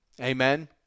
Amen